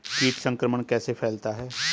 कीट संक्रमण कैसे फैलता है?